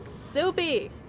Soupy